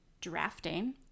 drafting